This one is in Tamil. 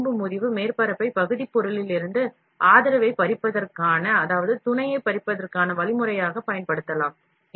இந்த முறிவு மேற்பரப்பை பகுதிப் பொருளிலிருந்து ஆதரவைப் பிரிப்பதற்கான வழிமுறையாகப் பயன்படுத்தலாம்